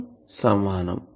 కు సమానం